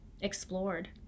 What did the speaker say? explored